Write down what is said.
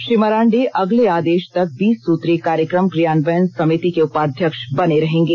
श्री मरांडी अगले आदेष तक बीस सूत्री कार्यक्रम क्रियान्वयन समिति के उपाध्यक्ष बने रहेंगे